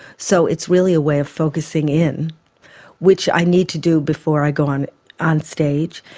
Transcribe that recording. so it's really a way of focusing in which i need to do before i go on on stage